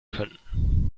können